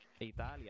Italia